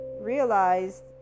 realized